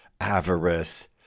avarice